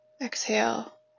exhale